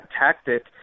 tactic